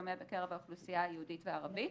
דומה בקרב האוכלוסייה היהודית והערבית.